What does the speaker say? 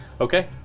Okay